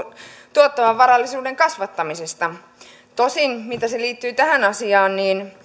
tuottavan varallisuuden kasvattamisesta tosin miten se liittyy tähän asiaan